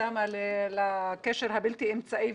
בעניין הקשר הבלתי אמצעי,